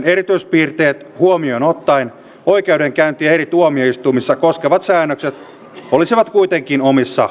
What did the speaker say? erityispiirteet huomioon ottaen oikeudenkäyntiä eri tuomioistuimissa koskevat säännökset olisivat kuitenkin omissa